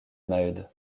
maheude